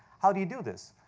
how do you do this?